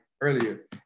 earlier